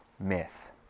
myth